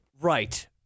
Right